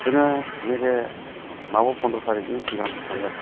जोङो नैबे माबायाव फन्द्र' थारिकनि सिगां थांगोन